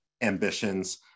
ambitions